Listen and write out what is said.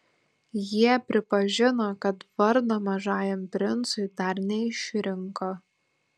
jie pripažino kad vardo mažajam princui dar neišrinko